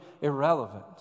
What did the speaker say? irrelevant